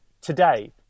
today